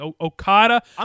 Okada